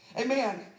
Amen